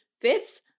fits